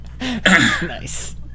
Nice